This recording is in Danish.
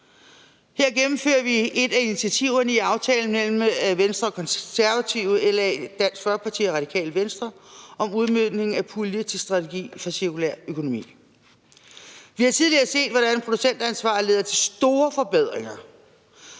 Vi gennemfører her et af initiativerne i aftalen mellem Venstre, Konservative, LA, Dansk Folkeparti og Radikale Venstre om udmøntning af pulje til strategi for cirkulær økonomi. Vi har tidligere set, hvordan producentansvar leder til store forbedringer.